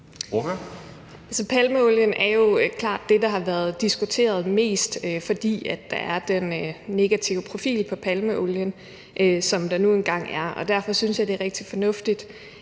Palmeolien er jo klart det, der har været diskuteret mest, fordi der er den negative profil på palmeolien, som der nu engang er. Derfor synes jeg, det er rigtig fornuftigt,